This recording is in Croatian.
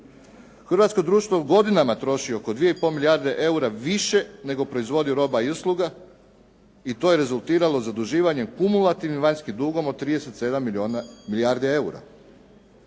Hrvatsko društvo godinama troši oko 2,5 milijarde eura više, nego proizvodi roba i usluga i to je rezultiralo zaduživanjem kumulativnim vanjskim dugom od 37 milijardi eura.